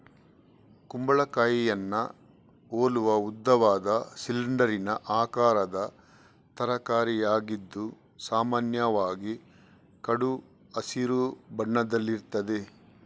ಕುಂಬಳಕಾಯಿಯನ್ನ ಹೋಲುವ ಉದ್ದವಾದ, ಸಿಲಿಂಡರಿನ ಆಕಾರದ ತರಕಾರಿಯಾಗಿದ್ದು ಸಾಮಾನ್ಯವಾಗಿ ಕಡು ಹಸಿರು ಬಣ್ಣದಲ್ಲಿರ್ತದೆ